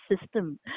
system